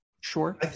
Sure